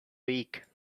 week